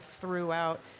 throughout